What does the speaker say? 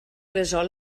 resol